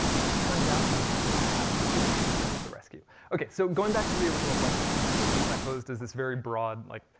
but it turns out we have mathematical tools that can come to the rescue. okay, so going back to the original question, which i posed as this very broad like,